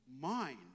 mind